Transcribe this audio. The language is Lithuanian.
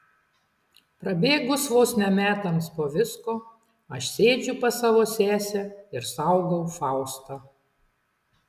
prabėgus vos ne metams po visko aš sėdžiu pas savo sesę ir saugau faustą